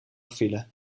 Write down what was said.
file